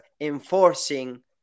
enforcing